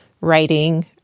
writing